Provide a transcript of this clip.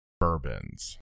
bourbons